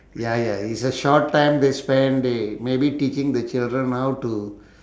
ya ya it's a short time they spend they maybe teaching the children how to